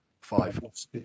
five